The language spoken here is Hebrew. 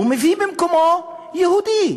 ומביא במקומו יהודי.